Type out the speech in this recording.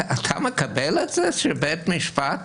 אתה מקבל את זה שבית משפט